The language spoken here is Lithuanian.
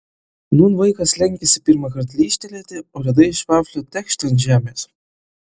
nūn vaikas lenkiasi pirmąkart lyžtelėti o ledai iš vaflio tekšt ant žemės